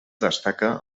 destaca